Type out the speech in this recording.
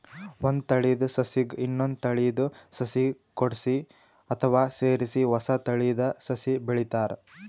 ಒಂದ್ ತಳೀದ ಸಸಿಗ್ ಇನ್ನೊಂದ್ ತಳೀದ ಸಸಿ ಕೂಡ್ಸಿ ಅಥವಾ ಸೇರಿಸಿ ಹೊಸ ತಳೀದ ಸಸಿ ಬೆಳಿತಾರ್